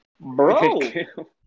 bro